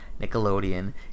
Nickelodeon